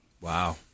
Wow